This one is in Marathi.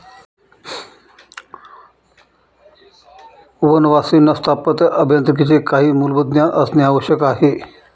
वनवासींना स्थापत्य अभियांत्रिकीचे काही मूलभूत ज्ञान असणे आवश्यक आहे